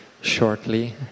shortly